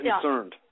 concerned